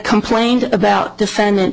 complained about defendant